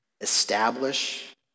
establish